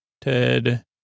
Ted